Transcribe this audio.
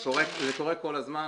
יש ביקורת כל הזמן.